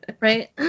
Right